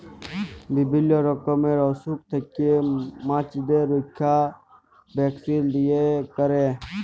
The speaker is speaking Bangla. বিভিল্য রকমের অসুখ থেক্যে মাছদের রক্ষা ভ্যাকসিল দিয়ে ক্যরে